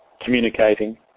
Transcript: communicating